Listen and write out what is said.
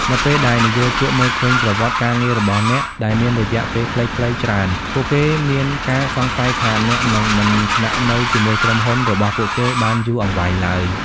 នៅពេលដែលនិយោជកមើលឃើញប្រវត្តិការងាររបស់អ្នកដែលមានរយៈពេលខ្លីៗច្រើន ពួកគេអាចមានការសង្ស័យថាអ្នកនឹងមិនស្នាក់នៅជាមួយក្រុមហ៊ុនរបស់ពួកគេបានយូរអង្វែងឡើយ។